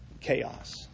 chaos